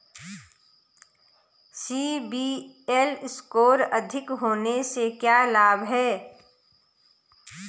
CIBIL score अधिक होने से क्या लाभ हैं?